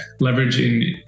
leveraging